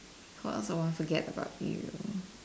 of course I won't forget about you